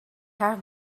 have